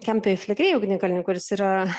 kempi flegrei ugnikalnį kuris yra